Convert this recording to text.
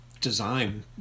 design